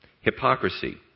Hypocrisy